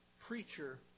preacher